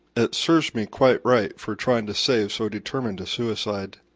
it serves me quite right for trying to save so determined a suicide.